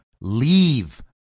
leave